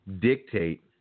dictate